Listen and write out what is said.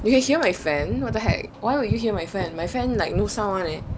you can hear my fan what the heck why would you hear my fan my fan like no sound one eh